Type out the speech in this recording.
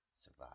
survive